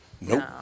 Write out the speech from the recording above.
Nope